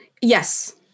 Yes